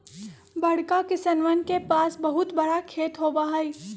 बड़का किसनवन के पास बहुत बड़ा खेत होबा हई